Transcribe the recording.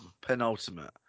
Penultimate